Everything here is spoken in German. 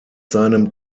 seinem